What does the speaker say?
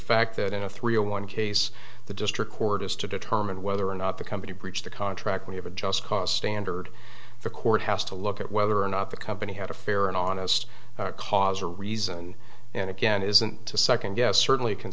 fact that in a three zero one case the district court has to determine whether or not the company breached the contract we have a just cause standard the court has to look at whether or not the company had a fair and honest cause or reason and again isn't to second guess certainly can